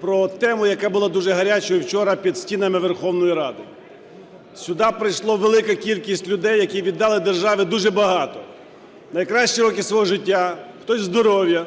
про тему, яка була дуже гарячою вчора під стінами Верховної Ради. Сюди прийшла велика кількість людей, які віддали державі дуже багато: найкращі роки свого життя, хтось здоров'я,